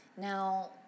Now